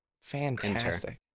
fantastic